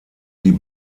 die